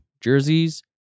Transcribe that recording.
jerseys